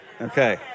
Okay